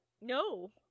No